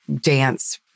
dance